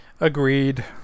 Agreed